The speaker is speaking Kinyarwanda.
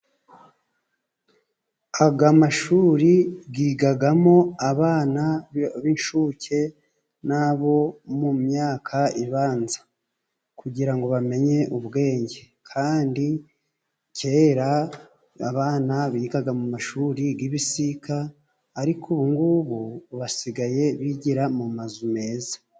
Aya mashuri yigamo abana b'incuke na bo mu myaka ibanza kugira ngo bamenye ubwenge, kandi kera abana bigaga mu mashuri y'ibisika, ariko ubu ng'ubu basigaye bigira mu mazu meza.